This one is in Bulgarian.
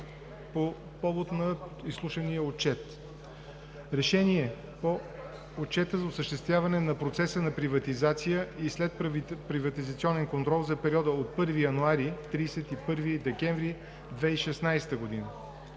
по повод на изслушания Отчет: „РЕШЕНИЕ по Отчета за осъществяване на процеса на приватизация и следприватизационен контрол за периода от 1 януари до 31 декември 2016 г.